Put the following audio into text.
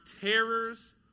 terrors